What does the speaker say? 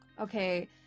okay